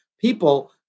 people